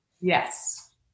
Yes